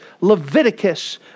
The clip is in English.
Leviticus